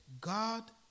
God